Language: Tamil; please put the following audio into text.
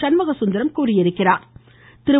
சண்முகசுந்தரம் தெரிவித்துள்ளார்